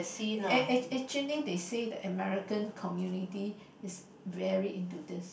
act~ actually they said that American community is very into this